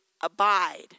abide